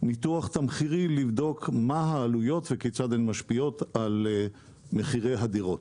ניתוח תמחירי לבדוק מה העלויות וכיצד הן משפיעות על מחירי הדירות.